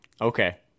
Okay